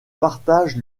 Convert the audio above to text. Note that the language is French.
partage